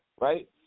right